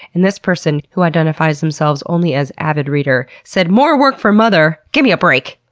and this person, who identifies themselves only as avid reader said, more work for mother? gimme a break!